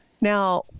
Now